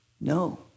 No